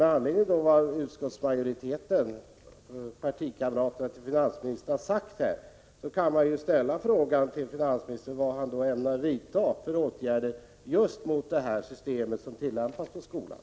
Med anledning av vad utskottsmajoriteten, finansministerns partikamrater, har sagt vill jag fråga finansministern vilka åtgärder han ämnar vidta just mot det här systemet som tillämpas i skolan.